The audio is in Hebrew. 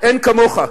אין כמוך.